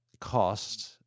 cost